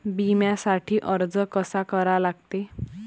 बिम्यासाठी अर्ज कसा करा लागते?